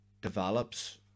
develops